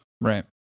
right